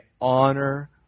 honor